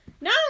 no